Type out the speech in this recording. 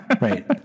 Right